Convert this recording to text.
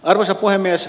arvoisa puhemies